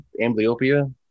amblyopia